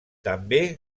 també